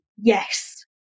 yes